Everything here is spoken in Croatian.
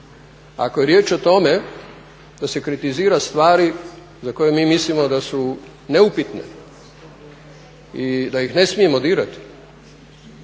Ako je riječ o tome da se kritizira stvari za koje mi mislimo da su neupitne i da ih ne smijemo dirati